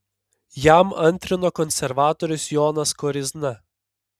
jam antrino konservatorius jonas koryzna